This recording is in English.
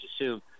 assume